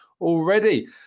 already